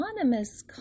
anonymous